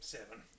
Seven